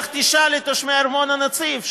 לך תשאל את תושבי ארמון הנציב,